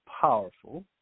powerful